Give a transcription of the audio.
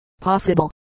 Possible